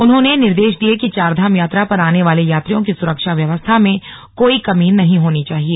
उन्होंने निर्देश दिये कि चारधाम यात्रा पर आने वाले यात्रियों की सुरक्षा व्यवस्था में कोई कमी नहीं होनी चाहिए